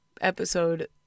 episode